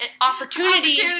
opportunities